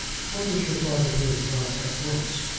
what does your father mean by at once?